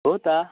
हो त